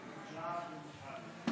אדוני השר, חברות וחברי הכנסת,